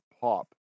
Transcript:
pop